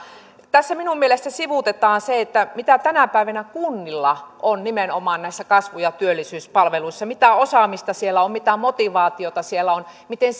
tässä minun mielestäni sivuutetaan se mitä tänä päivänä kunnilla on nimenomaan näissä kasvu ja työllisyyspalveluissa mitä osaamista siellä on mitä motivaatiota siellä on miten